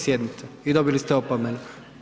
Sjednite i dobili ste opomenu.